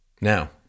Now